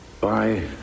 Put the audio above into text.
Bye